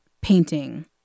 painting